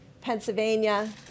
Pennsylvania